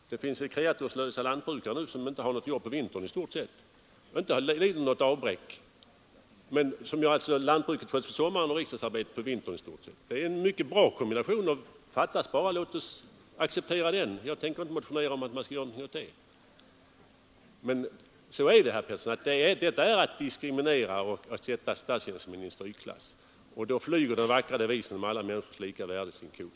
En del är kanske kreaturslösa jordbrukare, som i stort sett inte har något jobb på vintern. De lider inte något avbräck, de sköter lantbruket på sommaren och riksdagsarbetet på vintern. Det är ju en mycket bra kombination. Det fattas bara att vi inte skulle acceptera den. Jag tänker i varje fall inte motionera om att vi skall göra något åt det förhållandet. Nej, herr Pettersson, detta är att diskriminera och att sätta statstjänstemännen i strykklass — och då flyger den vackra devisen om alla människors lika värde sin kos.